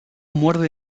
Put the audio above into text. muerde